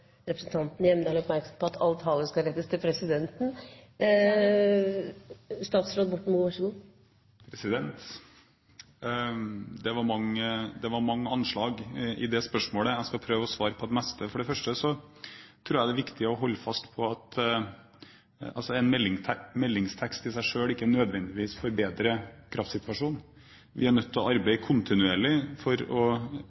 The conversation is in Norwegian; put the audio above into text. representanten Hjemdal oppmerksom på at all tale skal rettes til presidenten. Beklager. Det var mange anslag i det spørsmålet. Jeg skal prøve å svare på det meste. For det første tror jeg det er viktig å holde fast på at en meldingstekst i seg selv ikke nødvendigvis forbedrer kraftsituasjonen. Vi er nødt til å arbeide